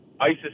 isis